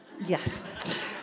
Yes